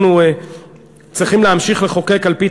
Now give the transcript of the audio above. אנחנו צריכים להמשיך לחוקק על-פי